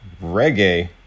reggae